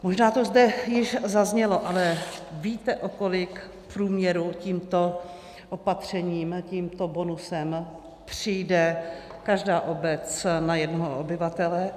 Možná to zde již zaznělo, ale víte, o kolik v průměru tímto opatřením, tímto bonusem přijde každá obec na jednoho obyvatele?